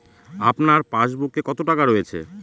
আপনার পাসবুকে কত টাকা রয়েছে?